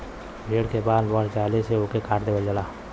भेड़ के बाल बढ़ जाये पे ओके काट देवल जाला